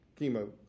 chemo